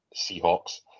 Seahawks